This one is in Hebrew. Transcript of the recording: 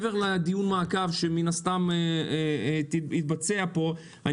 לדיון המעקב שמן הסתם יתבצע פה,